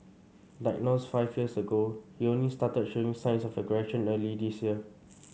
diagnosed five years ago he only started showing signs of aggression early this year